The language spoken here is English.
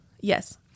Yes